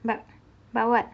but but what